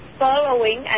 following